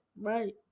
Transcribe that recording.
right